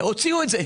הוציאו את זה,